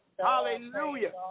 hallelujah